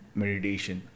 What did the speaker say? meditation